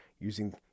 using